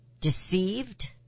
deceived